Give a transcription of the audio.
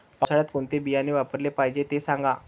पावसाळ्यात कोणते बियाणे वापरले पाहिजे ते सांगा